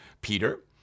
Peter